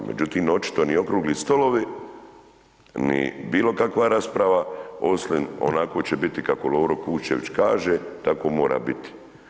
Međutim, očito ni okrugli stolovi, ni bilo kakva rasprava osim onako će biti kako Lovro Kuščević kaže, tako mora biti.